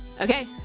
okay